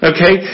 Okay